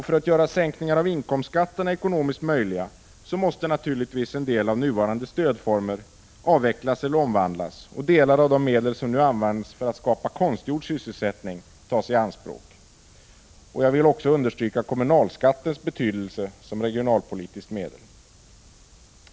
För att göra sänkningar av inkomstskatterna ekonomiskt möjliga måste naturligtvis en del av nuvarande stödformer avvecklas eller omvandlas och delar av de medel som nu används för att skapa konstgjord sysselsättning tas i anspråk. Jag vill också understryka kommunalskattens betydelse som regionalpolitiskt medel.